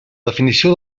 definició